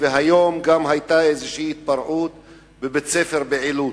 והיום היתה גם איזו התפרעות בבית-ספר בעילוט.